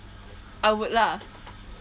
I would lah